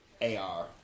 A-R